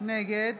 נגד